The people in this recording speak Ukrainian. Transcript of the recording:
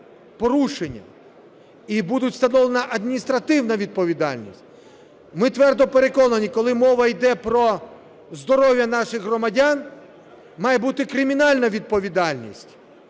порушення і буде встановлена адміністративна відповідальність. Ми твердо переконані, коли мова йде про здоров'я наших громадян, має бути кримінальна відповідальність.